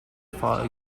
fought